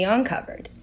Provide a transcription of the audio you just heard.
Uncovered